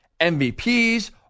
MVPs